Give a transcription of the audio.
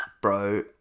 bro